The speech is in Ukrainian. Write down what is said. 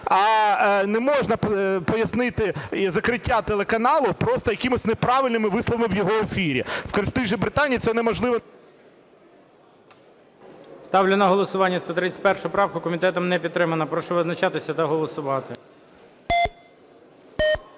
Не можна пояснити і закриття телеканалу просто якимись неправильними висловами в його ефірі, в тій же Британії це неможливо… ГОЛОВУЮЧИЙ. Ставлю на голосування 131 правку. Комітетом не підтримана. Прошу визначатися та голосувати.